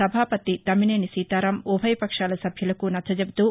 సభాపతి తమ్మినేని సీతారామ్ ఉభయ పక్షాల సభ్యులకు నచ్చచెబుతూ